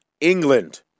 England